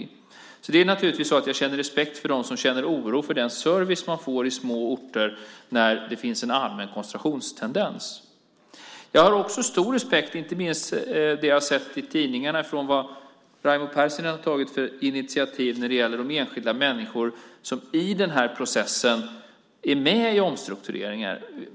Så jag känner naturligtvis respekt för dem som känner oro för den service de får i små orter när det finns en allmän koncentrationstendens. Jag har också stor respekt för det jag har sett i tidningarna om det initiativ som Raimo Pärssinen har tagit när det gäller enskilda människor som i den här processen är med i omstruktureringar.